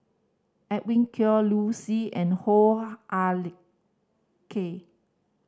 Edwin Koek Liu Si and Hoo Ah Kay